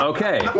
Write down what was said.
Okay